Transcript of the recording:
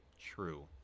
true